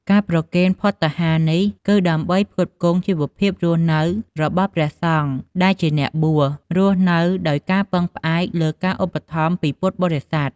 ការប្រគេនភត្តាហារនេះ គឺដើម្បីផ្គត់ផ្គង់ជីវភាពរស់នៅរបស់ព្រះសង្ឃ ដែលជាអ្នកបួស រស់នៅដោយការពឹងផ្អែកលើការឧបត្ថម្ភពីពុទ្ធបរិស័ទ។